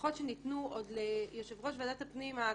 ההבטחות שניתנו עוד ליושב-ראש ועדת הפנים הקודם-קודם,